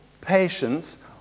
patience